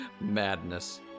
Madness